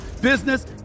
business